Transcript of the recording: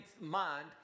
mind